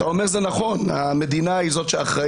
אתה אומר שהמדינה היא זאת שאחראית,